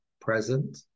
present